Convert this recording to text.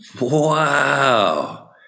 Wow